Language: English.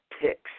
picks